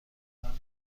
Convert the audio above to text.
مونم